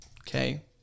Okay